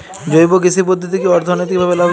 জৈব কৃষি পদ্ধতি কি অর্থনৈতিকভাবে লাভজনক?